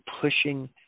pushing